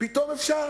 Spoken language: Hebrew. פתאום אפשר,